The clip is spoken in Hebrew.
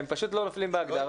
הם פשוט לא נופלים בהגדרה.